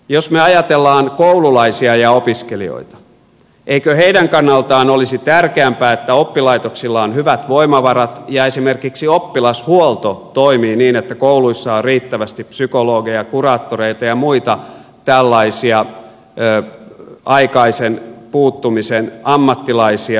jos me ajattelemme koululaisia ja opiskelijoita eikö heidän kannaltaan olisi tärkeämpää että oppilaitoksilla on hyvät voimavarat ja esimerkiksi oppilashuolto toimii niin että kouluissa on riittävästi psykologeja kuraattoreita ja muita tällaisia aikaisen puuttumisen ammattilaisia